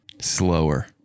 Slower